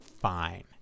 fine